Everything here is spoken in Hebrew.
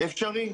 אפשרי.